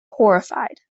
horrified